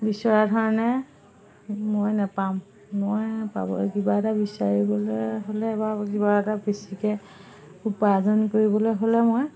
বিচৰা ধৰণে মই নাপাম মই পাব কিবা এটা বিচাৰিবলৈ হ'লে বা কিবা এটা বেছিকৈ উপাৰ্জন কৰিবলৈ হ'লে মই